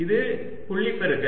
இது புள்ளி பெருக்கல்